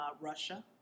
Russia